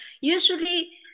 Usually